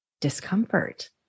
discomfort